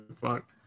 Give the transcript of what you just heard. fuck